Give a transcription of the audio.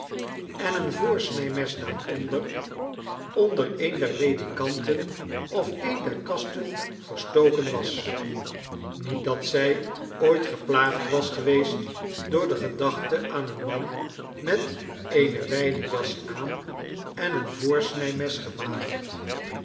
en een voorsnymes daaronder onder een der ledikanten of in een der kasten verstoken was met dat zjj ooit geplaagd was geweest door de gedachte aan een man met eene wpe jas aan en een voorsnjjmes gewapend